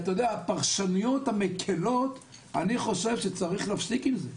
לפרשנויות המקלות אני חושב שצריך להפסיק עם זה.